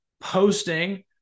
posting